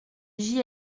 j’y